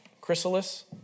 Chrysalis